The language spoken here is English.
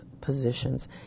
positions